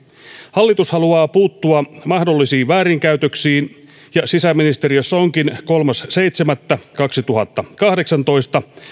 hallitus haluaa puuttua mahdollisiin väärinkäytöksiin ja sisäministeriössä onkin kolmas seitsemättä kaksituhattakahdeksantoista